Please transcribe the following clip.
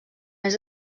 més